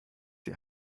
die